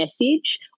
message